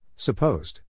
Supposed